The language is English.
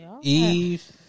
Eve